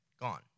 gone